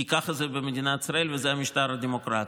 כי ככה זה במדינת ישראל וזה המשטר הדמוקרטי,